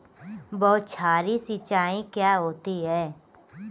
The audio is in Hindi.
बौछारी सिंचाई क्या होती है?